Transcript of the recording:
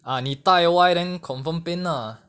ah 你戴歪 then confirm pain lah